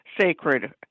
sacred